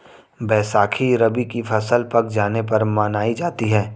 बैसाखी रबी की फ़सल पक जाने पर मनायी जाती है